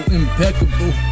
impeccable